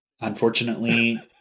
Unfortunately